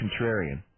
contrarian